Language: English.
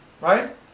right